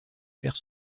faire